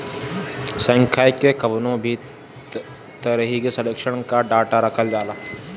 सांख्यिकी में कवनो भी तरही के सर्वेक्षण कअ डाटा रखल जाला